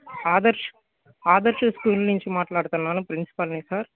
Adarsh Adarsh school నుంచి మాట్లాడుతున్నాను ప్రిన్సిపల్ని సార్